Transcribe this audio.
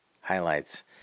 highlights